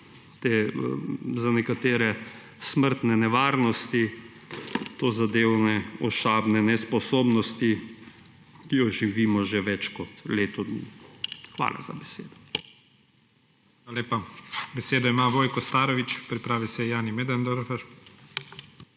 za nekatere smrtne nevarnosti, tozadevne ošabne nesposobnosti, ki jo živimo že več kot leto dni. Hvala. **PREDSEDNIK IGOR ZORČIČ:** Hvala lepa. Besedo ima Vojko Starović, pripravi se Jani Möderndorfer.